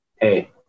Hey